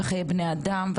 וחיי בני אדם,